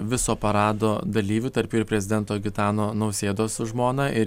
viso parado dalyvių tarp jų ir prezidento gitano nausėdos su žmona ir